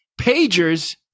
pagers